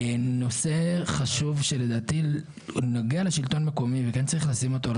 נושא חשוב שלדעתי נוגע לשלטון מקומי וגם צריך לשים אותו על